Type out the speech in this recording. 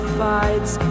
fights